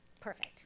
Perfect